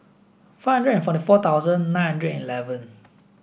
five hundred and forty four thousand nine hundred and eleven